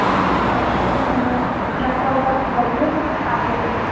हाँ तो तब ठीक है ना मैं कल दस बजे आ जाऊँगी